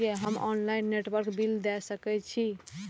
हम ऑनलाईनटेबल बील दे सके छी?